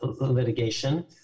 litigation